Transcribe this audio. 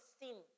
sin